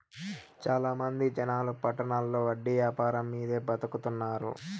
చాలా మంది జనాలు పట్టణాల్లో వడ్డీ యాపారం మీదే బతుకుతున్నారు